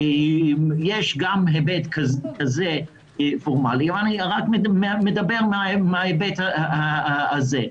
יש גם היבט כזה פורמלי ואני מדבר רק מן ההיבט הזה.